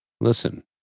Listen